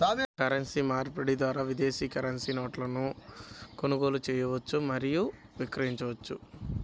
currency మార్పిడి ద్వారా విదేశీ కరెన్సీ నోట్లను కొనుగోలు చేయవచ్చు మరియు విక్రయించవచ్చు